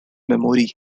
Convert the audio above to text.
memory